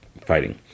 fighting